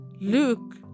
luke